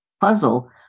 puzzle